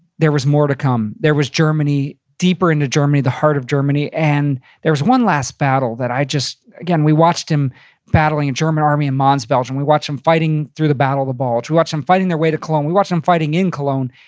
there was more to come. there was germany, deeper into germany, the heart of germany, and there was one last battle that i just, again, we watched him battling a german army in mons, belgium. we watched him fighting through the battle of the bulge. we watched him fighting their way to cologne. we watched him fighting in cologne.